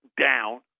down